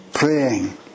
Praying